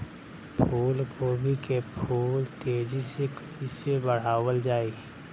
फूल गोभी के फूल तेजी से कइसे बढ़ावल जाई?